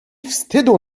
wstydu